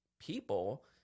people